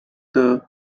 the